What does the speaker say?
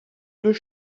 deux